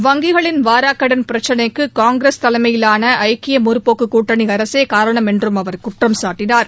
வங்கிகளின் வாராக்கடன் பிரச்சினைக்கு காங்கிரஸ் தலைமையிலான ஐக்கிய முற்போக்குக் கூட்டணி அரசே காரணம் என்றும் அவர் குற்றம்சாட்டினார்